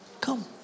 come